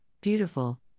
Beautiful